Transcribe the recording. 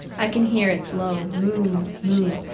i can hear its low moo, moo,